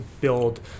build